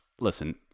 listen